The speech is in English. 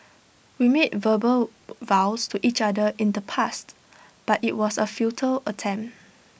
we made verbal vows to each other in the past but IT was A futile attempt